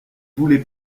voulez